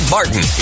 Martin